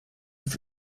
für